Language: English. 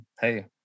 hey